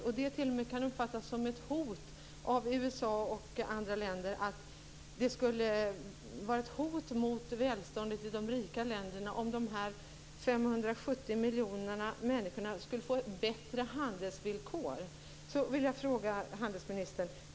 Det uppfattas t.o.m. ibland som ett hot av USA och andra länder mot välståndet i de rika länderna att dessa 570 miljoner människor skulle få bättre handelsvillkor. Jag vill ställa en fråga till handelsministern.